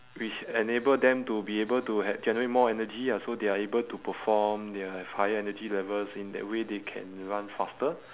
which enable them to be able to had generate more energy ah so they are able to perform they'll have higher energy levels in that way they can run faster